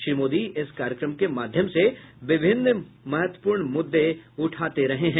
श्री मोदी इस कार्यक्रम के माध्यम से विभिन्न महत्वपूर्ण मुद्दे उठाते रहे हैं